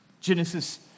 Genesis